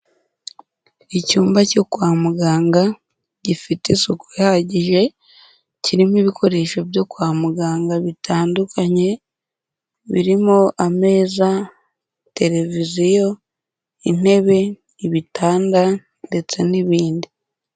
Icyumba cyo kwa muganga gifite isuku ihagije, kirimo ibikoresho byo kwa muganga bitandukanye, birimo ameza, televiziyo, intebe, ibitanda ndetse n'ibindi.